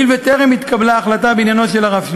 הואיל וטרם התקבלה החלטה בעניינו של הרב שלוש,